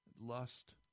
lust